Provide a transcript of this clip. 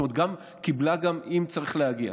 זאת אומרת, היא קיבלה גם אם צריך להגיע.